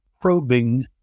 probing